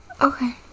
Okay